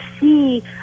see